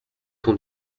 ton